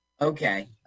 Okay